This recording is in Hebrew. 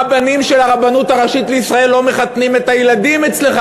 למה הרבנים של הרבנות הראשית לישראל לא מחתנים את הילדים אצלך,